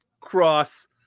cross